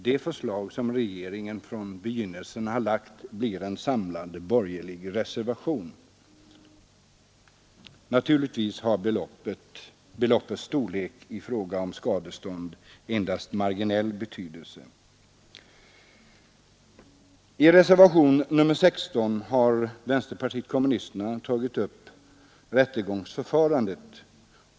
Det förslag som regeringen från begynnelsen har framlagt blir således en samlande borgerlig reservation. Naturligtvis har beloppets storlek i fråga om skadestånd endast marginell betydelse. I reservationen 16 har vänsterpartiet kommunisterna tagit upp rättegångsförfarandet.